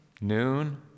noon